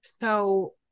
So-